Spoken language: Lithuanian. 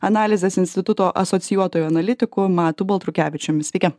analizės instituto asocijuotoju analitiku matu baltrukevičiumi sveiki